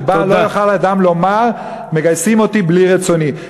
שבה לא יוכל אדם לומר: מגייסים אותי בלי רצוני.